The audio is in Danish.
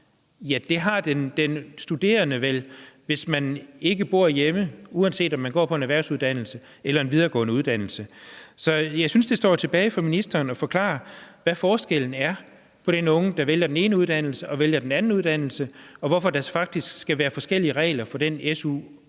Men det har den studerende vel, hvis man ikke bor hjemme, uanset om man går på en erhvervsuddannelse eller en videregående uddannelse. Så jeg synes, det står tilbage for ministeren at forklare, hvad forskellen er på den unge, der vælger den ene uddannelse, og den unge, der vælger den anden uddannelse, og hvorfor der faktisk skal være forskellige regler for den SU, man